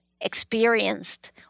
experienced